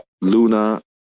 Luna